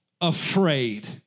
afraid